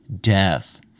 death